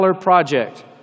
project